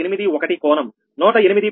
81 కోణం 108